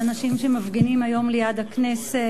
האנשים שמפגינים היום ליד הכנסת,